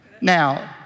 Now